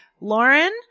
Lauren